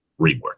rework